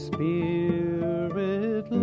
Spirit